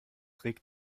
regt